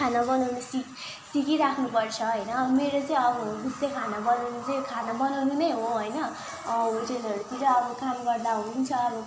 खाना बनाउनु सिक् सिकी राख्नुपर्छ होइन मेरो चाहिँ अब हबिज चाहिँ खाना बनाउनु चाहिँ खाना बनाउनु नै हो होइन अँ होटलहरूतिर अब काम गर्दा हुन्छ अब